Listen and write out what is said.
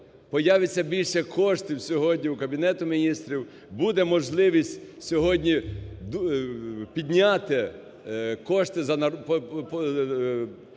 появиться більше коштів сьогодні у Кабінету Міністрів, буде можливість сьогодні підняти кошти за